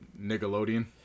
Nickelodeon